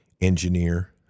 engineer